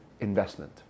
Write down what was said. investment